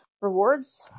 rewards